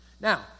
now